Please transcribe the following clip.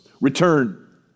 Return